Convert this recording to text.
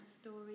story